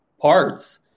parts